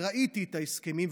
וראיתי את ההסכמים,